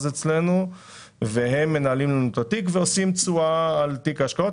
אצלנו והם מנהלים לנו את התיק ועושים תשואה על תיק ההשקעות